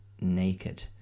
naked